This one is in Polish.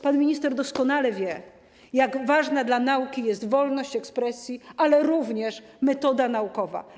Pan minister doskonale wie, jak ważna dla nauki jest wolność ekspresji, ale również metoda naukowa.